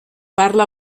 parla